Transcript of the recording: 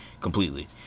completely